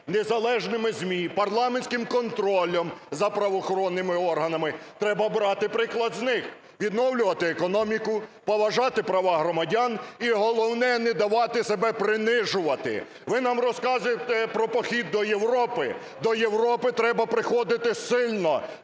незалежними ЗМІ, парламентським контролем за правоохоронними органами, треба брати приклад з них: відновлювати економіку, поважати права громадян і, головне, не давати себе принижувати. Ви нам розказуєте про похід до Європи, до Європи треба приходити сильно,